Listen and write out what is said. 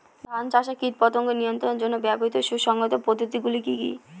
ধান চাষে কীটপতঙ্গ নিয়ন্ত্রণের জন্য ব্যবহৃত সুসংহত পদ্ধতিগুলি কি কি?